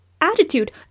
Attitude